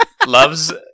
loves